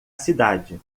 cidade